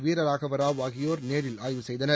வீரராகவராவ் ஆகியோர் நேரில் ஆய்வு செய்தனர்